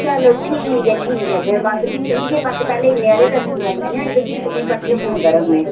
चलो ठीक ऐ ठीक ऐ फिर बस इ'यै इ'यै बस पैह्ले इ'न्ने हारे दर्शन करी लैन्ने आं न ते फ्ही तुसें परतियै फोन करङ में